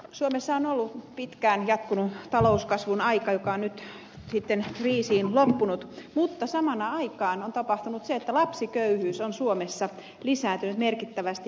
suomessa on ollut pitkään jatkunut talouskasvun aika joka on nyt sitten kriisiin loppunut mutta samaan aikaan on tapahtunut se että lapsiköyhyys on suomessa lisääntynyt merkittävästi